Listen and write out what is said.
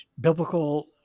Biblical